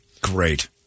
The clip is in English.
great